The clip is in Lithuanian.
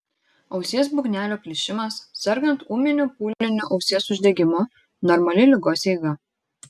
ausies būgnelio plyšimas sergant ūminiu pūliniu ausies uždegimu normali ligos eiga